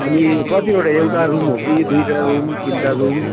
अनि कतिवटा एउटा रुम हो कि दुईवटा रुम तिनवटा रुम